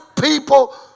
people